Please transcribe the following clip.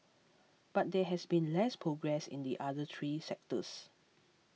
but there has been less progress in the other three sectors